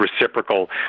reciprocal